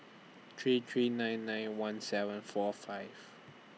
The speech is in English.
three three nine nine one seven four five